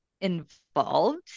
involved